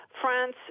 France